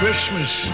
Christmas